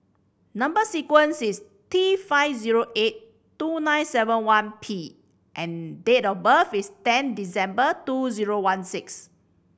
number sequence is T five zero eight two nine seven one P and date of birth is ten December two zero one six